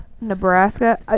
nebraska